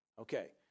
okay